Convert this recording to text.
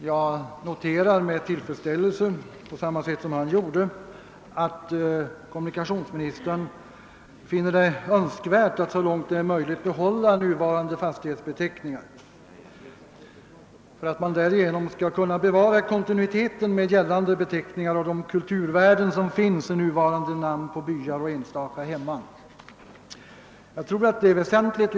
På samma sätt som herr Eriksson i Bäckmora konstaterar jag med tillfredsställelse att civilministern finner det önskvärt att så långt det är möjligt behålla nuvarande fastighetsbeteckningar för att man därigenom skall kunna bevara kontinuiteten med nu gällande beteckningar och de kulturvärden som ligger i nuvarande namn på byar och enstaka hemman. Jag tror att detta är väsentligt.